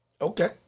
Okay